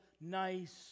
nice